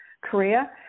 Korea